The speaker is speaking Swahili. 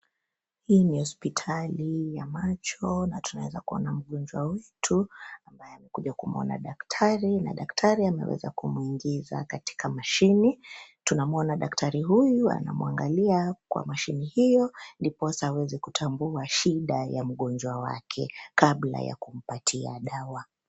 Hii ni hospitali ya macho, na tunaweza kuona mgonjwa wetu ambaye amekuja kumuona daktari, na daktari ameweza kumwingiza katika mashini. Tunamuona daktari huyu anamuangalia kwa mashini hiyo, ndiposa aweze kutambua shida ya mgonjwa wake kabla ya kumpatia dawa.